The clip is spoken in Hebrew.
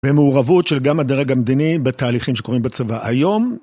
במעורבות של גם הדרג המדיני בתהליכים שקורים בצבא היום.